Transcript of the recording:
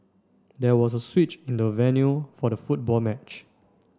there was a switch in the venue for the football match